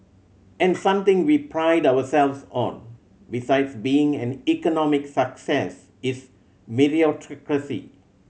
and something we pride ourselves on besides being an economic success is meritocracy